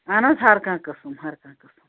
اہن حظ ہرکانٛہہ قٕسٕم ہرکانٛہہ قٕسٕم